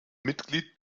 mitglied